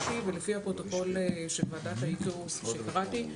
ולפי הפרוטוקול של ועדת האיתור שקראתי,